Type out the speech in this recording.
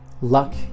luck